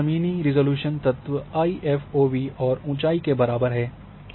तो यह ज़मीनी रिज़ॉल्यूशन तत्व आईएफओवी और ऊंचाई के बराबर है